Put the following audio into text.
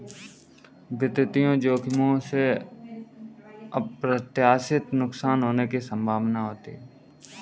वित्तीय जोखिमों में अप्रत्याशित नुकसान होने की संभावना होती है